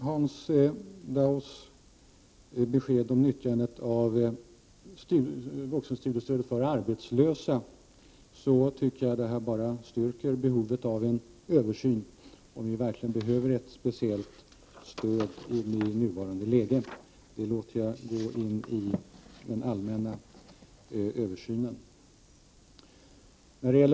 Hans Daus besked om utnyttjandet av vuxenstudiestödet till arbetslösa tycker jag bara styrker behovet av en översyn av huruvida vi behöver ett speciellt stöd i nuvarande läge. Det låter jag ingå i den allmänna översynen.